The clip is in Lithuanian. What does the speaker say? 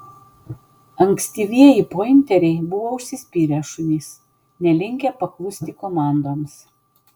ankstyvieji pointeriai buvo užsispyrę šunys nelinkę paklusti komandoms